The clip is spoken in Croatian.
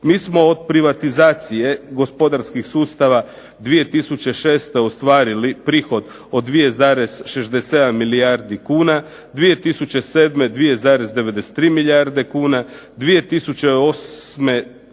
Mi smo od privatizacije gospodarskih sustava 2006. ostvarili prihod od 2,67 milijardi kuna. 2007. 2,93 milijarde kuna, 2008.